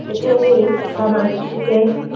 એટલે હું એવું પૂછવા માંગુ છું કે